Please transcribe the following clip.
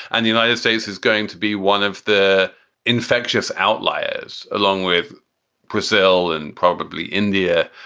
and the united states is going to be one of the infectious outliers, along with brazil and probably india,